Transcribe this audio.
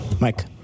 Mike